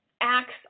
acts